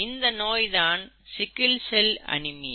இந்த நோய்தான் sickle cell anaemia